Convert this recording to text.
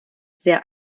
sehr